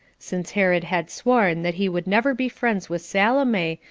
since herod had sworn that he would never be friends with salome,